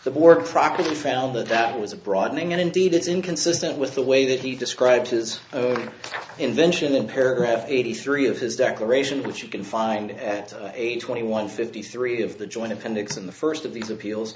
the work properly found that that was a broadening and indeed it's inconsistent with the way that he described his invention in paragraph eighty three of his declaration which you can find at age twenty one fifty three of the joint appendix in the first of these appeals